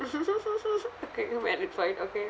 uh getting married for it okay